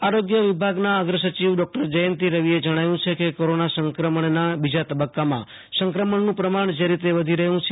જયંતી રવિ રાજ્યના આરોગ્ય વિભાગના અગર સચિવ ડોક્ટર જયંતી રવિએ જણવ્યું છેકે કોઈના સંક્રમણના બીજા તબ્બકામાં સંક્રમણનું પ્રમાણ જે રીતે વધી રહ્યું છે